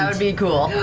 would be cool.